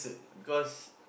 because